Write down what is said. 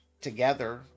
together